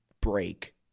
break